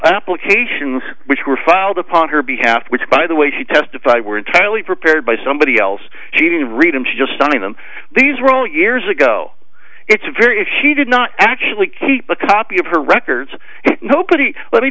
applications which were filed upon her behalf which by the way she testified were entirely prepared by somebody else she didn't read them just stunning them these were all years ago it's very if she did not actually keep a copy of her records nobody let me